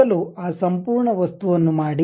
ಮೊದಲು ಆ ಸಂಪೂರ್ಣ ವಸ್ತುವನ್ನು ಮಾಡಿ